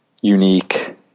unique